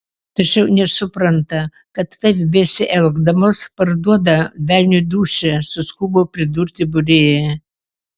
tačiau nesupranta kad taip besielgdamos parduoda velniui dūšią suskubo pridurti būrėja